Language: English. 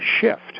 shift